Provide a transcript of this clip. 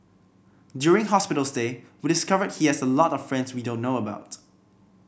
during hospital stay we discovered he has a lot of friends we don't know about